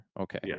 Okay